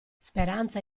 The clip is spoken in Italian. speranza